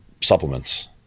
supplements